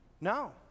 No